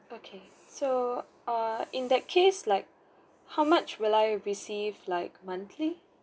okay so err in that case like how much will I receive like monthly